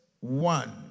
one